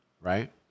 right